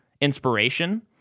inspiration